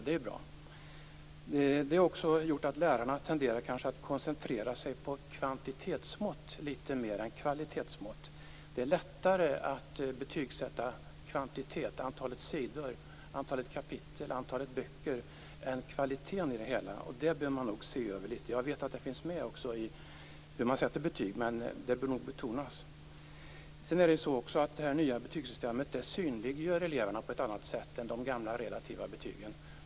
Det är bra. Men detta har gjort att lärarna tenderar att koncentrera sig mer på kvantitetsmått än kvalitetsmått. Det är lättare att betygssätta kvantitet - antalet sidor, antalet kapitel, antalet böcker - än kvaliteten i det hela. Det behöver ses över. Jag vet att frågan finns med i diskussionen om hur betyg sätts, men den bör betonas. Det nya betygssystemet synliggör eleverna på ett annat sätt än de gamla relativa betygen.